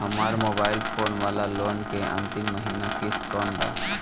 हमार mobile phone वाला loan के अंतिम महिना किश्त कौन बा?